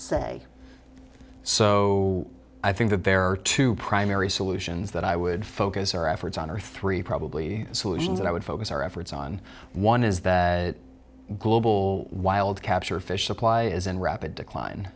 say so i think that there are two primary solutions that i would focus our efforts on are three probably solutions that i would focus our efforts on one is that global wild capture fish apply is in rapid decline